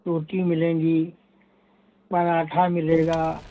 रोटी मिलेंगी पराठा मिलेगा